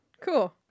Cool